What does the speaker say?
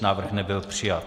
Návrh nebyl přijat.